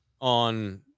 on